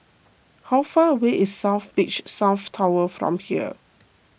how far away is South Beach South Tower from here